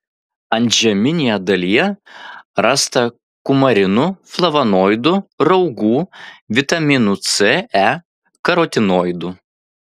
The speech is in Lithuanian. antžeminėje dalyje rasta kumarinų flavonoidų raugų vitaminų c e karotinoidų